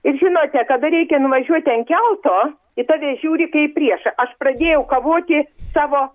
ir žinote kada reikia nuvažiuoti ant kelto į tave žiūri kaip priešą aš pradėjau kavoti savo